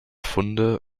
funde